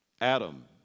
Adam